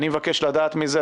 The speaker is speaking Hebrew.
אני מבקש לדעת מזה.